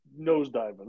nosediving